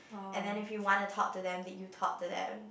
and then if you wanna to talk to them then you talk to them